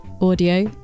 Audio